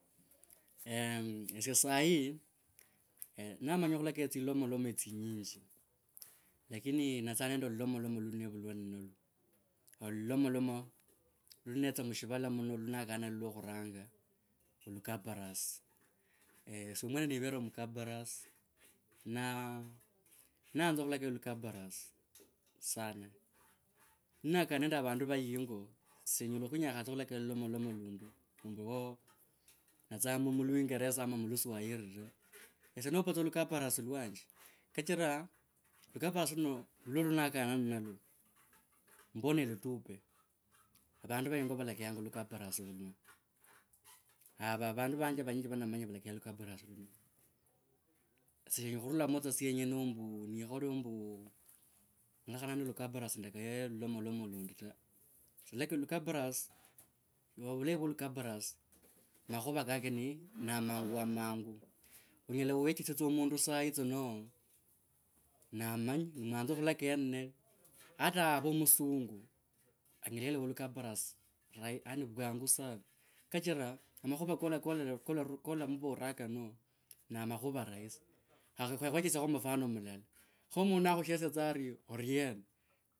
Eh mmh esye sahi namanya khulakaya tsilomotomo tsinyishi. Lakini natsa nende lulomolomo lwa nevulwa ninalwao olulomolamo lu netsa mushivala muno lu nakana nalwa lwa khuranga no lukabras esye nivere omukabras na nayanza khulakaya olukabras sana ninakana nende avandu va yinga senyela khwi nyakhasia khulakaya lulomolomo lundi ombu ooh natsa mulu, mulwingereza ama muluswahili ta. Esye nopa olukabras lwanje kachira lukabras luno nilwo luna kona ninalwo mbona litupwe avandu va yingo vala. kayanga lukabras luno. avandu vanje vanyinji va ndomanya valakayanga lukabras luno, senyela khurulamo tsa syenyene ombu nikhole ombu ndalakhananga nende lukabras ndakayo lulomolomo lundi ta ndalakaya lukabras rahi yaani vwangu sana kachira amakhuva kolamuvora kano na amakhuva rahisi kha khwechesyekho mfano mulala kho mundu nakhushesya tsa arii, oriena?